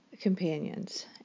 companions